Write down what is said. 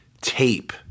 tape